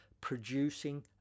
producing